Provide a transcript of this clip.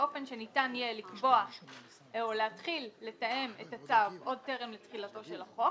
באופן שניתן יהיה לקבוע או להתחיל לתאם את הצו עוד טרם תחילתו של החוק,